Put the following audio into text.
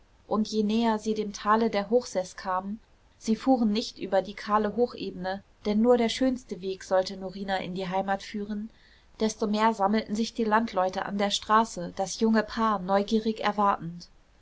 und je näher sie dem tale der hochseß kamen sie fuhren nicht über die kahle hochebene denn nur der schönste weg sollte norina in die heimat führen desto mehr sammelten sich die landleute an der straße das junge paar neugierig erwartend